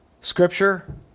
scripture